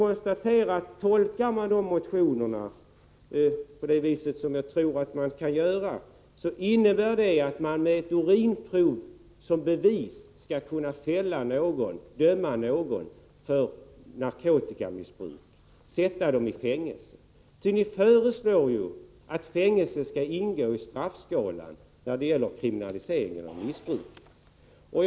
Om man tolkar motionerna så som jag tror att man skall tolka dem, innebär de att någon skall kunna dömas och sättas i fängelse med ett urinprov som bevis. Ni föreslår ju att fängelse skall ingå i straffskalan vid kriminaliseringen av missbruket.